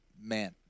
man